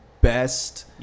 best